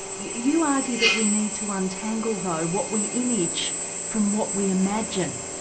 you you argue that we need to untangle, though what we image from what we imagine.